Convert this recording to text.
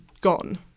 gone